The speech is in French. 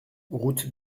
route